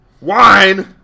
Wine